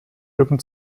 rücken